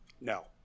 No